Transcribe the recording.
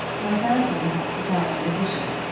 my grandmother helped to carry in the dishes,